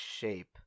shape